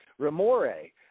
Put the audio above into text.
remore